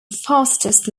fastest